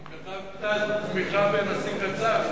הוא גם כתב כתב תמיכה בנשיא קצב.